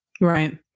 Right